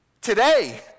today